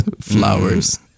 flowers